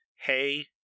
hey